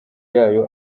yayo